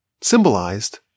symbolized